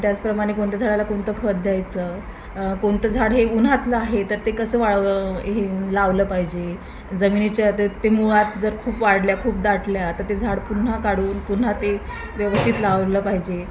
त्याचप्रमाणे कोणत्या झाडाला कोणतं खत द्यायचं कोणतं झाड हे उन्हातलं आहे तर ते कसं वाळ हे लावलं पाहिजे जमिनीच्या ते ते मुळात जर खूप वाढल्या खूप दाटल्या तर ते झाड पुन्हा काढून पुन्हा ते व्यवस्थित लावलं पाहिजे